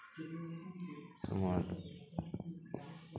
ᱛᱳᱢᱟᱨ